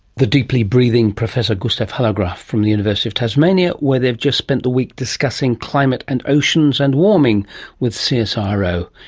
the deeply breathing professor gustaaf hallegraeff from the university of tasmania, where they have just spent the week discussing climate and oceans and warming with so ah csiro.